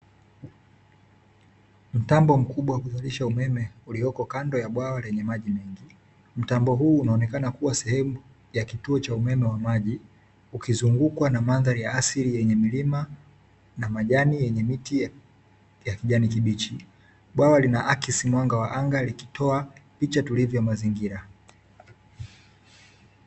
Mtambo mkubwa kuzalisha umeme ulioko kando ya bwawa lenye maji mengi. Mtambo huu unaonekana kuwa sehemu ya kituo cha umeme wa maji, ukizungukwa na mandhari ya asili yenye milima na majani yenye miti ya kijani kibichi, bwawa linaakisi mwanga wa anga, likitoa picha tulivu ya mazingira.